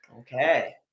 Okay